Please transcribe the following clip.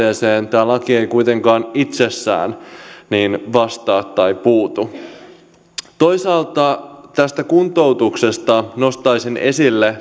ja tähän haasteeseen tämä laki ei kuitenkaan itsessään vastaa tai puutu toisaalta tästä kuntoutuksesta nostaisin esille